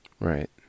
Right